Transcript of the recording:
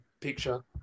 picture